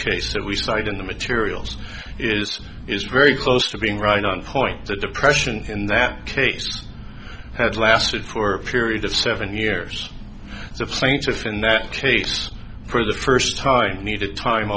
case that we cite in the materials is is very close to being right on point the depression in that case had lasted for a period of seven years of sanctifying that case for the first time i needed time